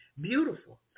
Beautiful